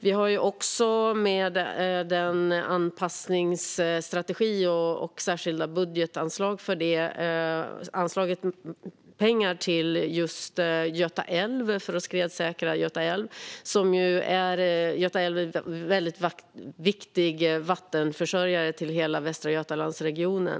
Vi har även anpassningsstrategin och särskilda budgetanslag för att skredssäkra Göta älv, som ju är en viktig vattenförsörjare för hela Västra Götalandsregionen.